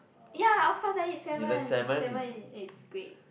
ya of course I eat salmon salmon is is great